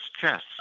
Chess